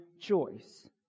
choice